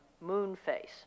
Moonface